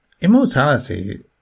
immortality